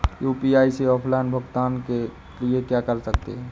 UPI से offline भुगतान के लिए क्या कर सकते हैं?